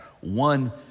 One